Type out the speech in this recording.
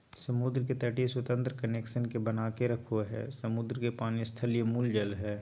समुद्र के तटीय स्वतंत्र कनेक्शन के बनाके रखो हइ, समुद्र के पानी स्थलीय मूल जल हइ